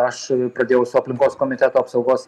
aš pradėjau su aplinkos komiteto apsaugos